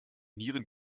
nieren